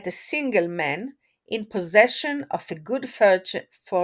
that a "single man in possession of a good fortune,